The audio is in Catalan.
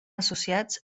associats